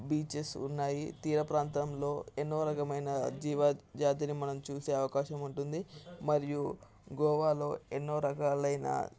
beaches ఉన్నాయి తీర ప్రాంతంలో ఎన్నో రకమైన జీవ జాతిని మనం చూసే అవకాశం ఉంటుంది మరియు గోవాలో ఎన్నో రకాలైన